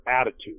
attitude